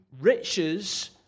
riches